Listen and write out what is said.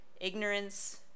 ignorance